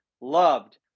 loved